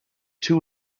too